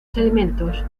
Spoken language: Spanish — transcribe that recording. sedimentos